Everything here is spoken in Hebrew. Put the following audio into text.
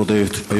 בבקשה.